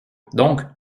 donc